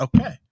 Okay